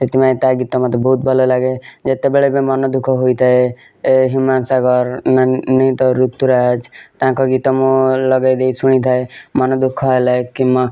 ସେଥିପାଇଁ ତା ଗୀତ ମୋତେ ବହୁତ ଭଲ ଲାଗେ ଯେତେବେଳେ ବି ମନ ଦୁଃଖ ହୋଇଥାଏ ହ୍ୟୁମାନ୍ ସାଗର୍ ନାହିଁତ ଋତୁରାଜ୍ ତାଙ୍କ ଗୀତ ମୁଁ ଲଗାଇ ଦେଇ ଶୁଣିଥାଏ ମନ ଦୁଃଖ ହେଲେ କି ମୋ